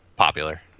Popular